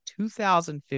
2015